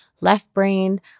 left-brained